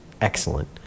excellent